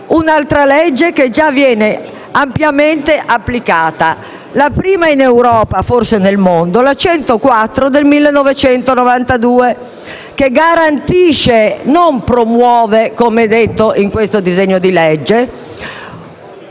un'altra legge che già viene ampiamente applicata, la prima in Europa e forse nel mondo, la n. 104 del 1992 che garantisce - non promuove come viene detto in questo testo - una